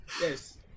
Yes